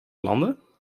landen